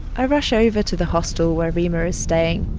i rush over to the hostel where reema is staying.